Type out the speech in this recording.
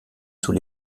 sous